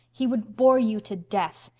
he would bore you to death.